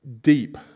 deep